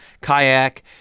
kayak